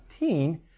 19